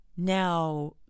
Now